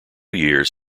years